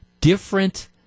different